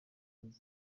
iriho